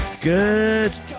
Good